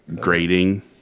grading